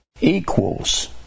equals